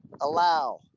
allow